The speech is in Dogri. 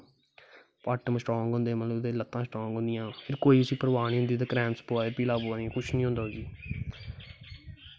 पट्ट स्ट्रांग होंदे मतलब ओह्दी लत्तां स्ट्रांग होंदियां कोई उस्सी परवाह् निं होंदी क्रैंमस पवा दे पीड़ां पवा दियां कुछ निं होंदा उस्सी